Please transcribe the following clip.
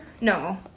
No